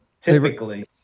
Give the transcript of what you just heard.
typically